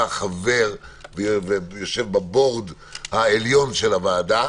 חבר ויושב בבורד העליון של הוועדה.